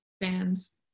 fans